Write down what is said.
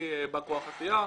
אני בא כוח הסיעה.